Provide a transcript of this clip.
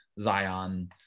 Zion –